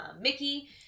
Mickey